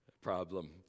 problem